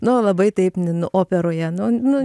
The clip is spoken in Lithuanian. nu labai taip nin operoje nu nu